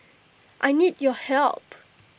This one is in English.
I need your help